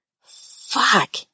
Fuck